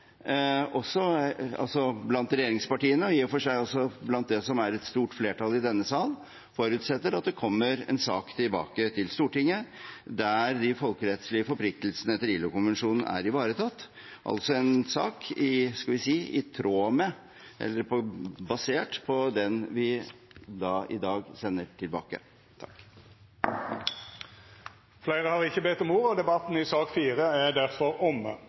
blant regjeringspartiene og i og for seg også blant det som er et stort flertall i denne sal – forutsetter at det kommer en sak tilbake til Stortinget der de folkerettslige forpliktelsene etter ILO-konvensjonen er ivaretatt, altså en sak basert på den vi i dag sender tilbake. Fleire har ikkje bedt om ordet til sak nr. 4. Etter ynske frå kommunal- og